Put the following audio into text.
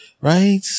right